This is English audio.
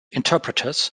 interpreters